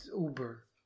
Uber